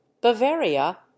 bavaria